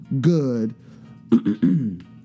good